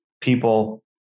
people